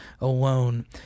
alone